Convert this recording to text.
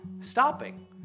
stopping